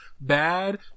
bad